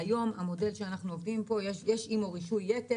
שבמודל שאנחנו עובדים איתו יש רישוי יתר.